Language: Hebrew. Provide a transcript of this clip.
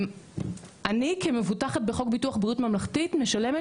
אני כמבוטחת בחוק ביטוח בריאות ממלכתי משלמת